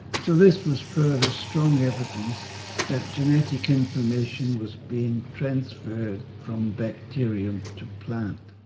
so this was further strong evidence that genetic information was being transferred from bacterium to plant.